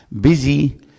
busy